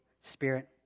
spirit